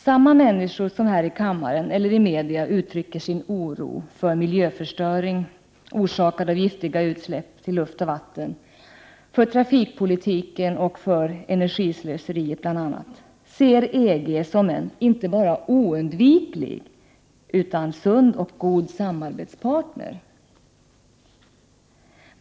Samma människor som här i kammaren eller i media uttrycker sin oro för miljöförstöring orsakad av giftiga utsläpp i luft och vatten, för trafikpolitiken och för energislöseriet bl.a., ser EG som en inte bara oundviklig utan sund och god samarbetspartner.